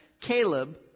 Caleb